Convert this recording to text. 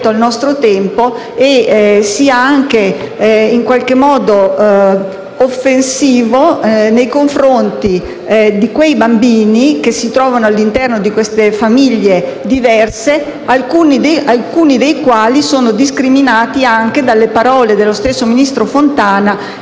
al nostro tempo e sia anche offensivo nei confronti di quei bambini che si trovano all'interno di queste famiglie diverse, alcuni dei quali sono discriminati anche dalle parole del ministro Fontana,